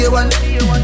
one